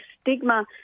stigma